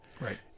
Right